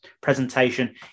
presentation